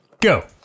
go